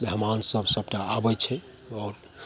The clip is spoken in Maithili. मेहमानसभ सभटा आबै छै आओर